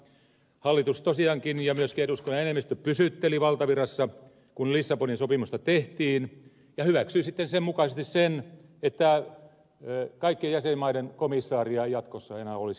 hallitus tosiaankin ja myöskin eduskunnan enemmistö pysytteli valtavirrassa kun lissabonin sopimusta tehtiin ja hyväksyi sen mukaisesti sen että kaikkien jäsenmaiden komissaareja jatkossa ei enää olisi